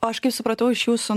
aš kaip supratau iš jūsų